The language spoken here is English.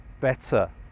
better